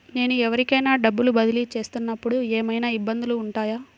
నేను ఎవరికైనా డబ్బులు బదిలీ చేస్తునపుడు ఏమయినా ఇబ్బందులు వుంటాయా?